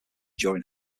during